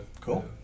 Cool